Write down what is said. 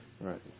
Right